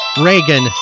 Reagan